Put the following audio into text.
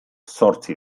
zortzi